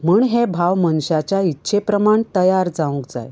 म्हूण हे भाव मनशाच्या इत्से प्रमाण तयार जावंक जाय